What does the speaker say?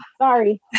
Sorry